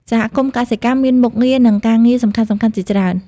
សហគមន៍កសិកម្មមានមុខងារនិងការងារសំខាន់ៗជាច្រើន។